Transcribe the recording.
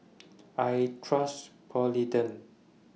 I Trust Polident